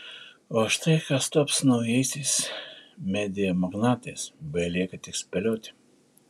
o štai kas taps naujaisiais media magnatais belieka tik spėlioti